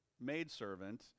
maidservant